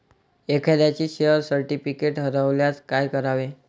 एखाद्याचे share certificate हरवल्यास काय करावे?